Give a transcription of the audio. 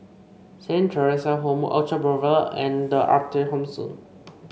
Saint Theresa's Home Orchard Boulevard and The Arte Thomson